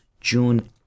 June